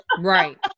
right